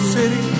City